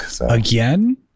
Again